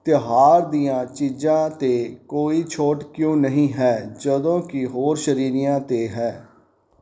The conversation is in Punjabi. ਤਿਉਹਾਰ ਦੀਆਂ ਚੀਜ਼ਾਂ 'ਤੇ ਕੋਈ ਛੋਟ ਕਿਉਂ ਨਹੀਂ ਹੈ ਜਦੋਂ ਕਿ ਹੋਰ ਸ਼੍ਰੇਣੀਆਂ 'ਤੇ ਹੈ